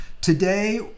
today